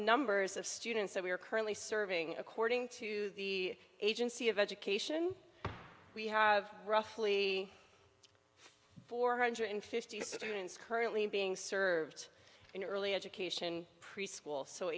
numbers of students that we are currently serving according to the agency of education we have roughly four hundred fifty students currently being served in early education preschool so